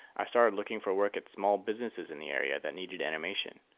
i started looking for work at small businesses in the area that needed animation.